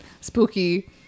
spooky